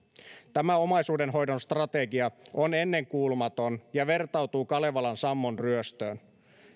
tämä omaisuudenhoidon strategia on ennenkuulumaton ja vertautuu kalevalan sammon ryöstöön